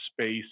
space